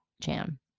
jam